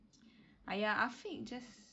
!aiya! afiq just